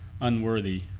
unworthy